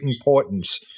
importance